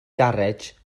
garej